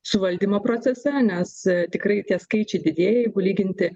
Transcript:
suvaldymo procese nes tikrai tie skaičiai didėja jeigu lyginti